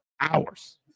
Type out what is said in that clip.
hours